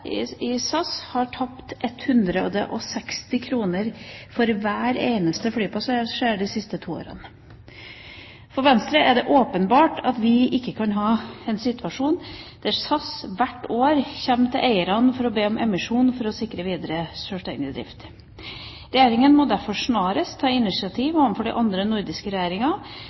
i selskapet at SAS har tapt 160 kr på hver eneste flypassasjer de siste to årene. For Venstre er det åpenbart at vi ikke kan ha en situasjon der SAS hvert år kommer til eierne for å be om emisjon for å sikre videre sjølstendig drift. Regjeringa må derfor snarest ta initiativ overfor de andre nordiske